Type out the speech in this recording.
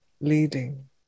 leading